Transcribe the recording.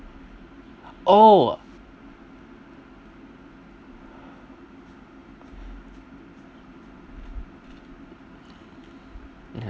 oh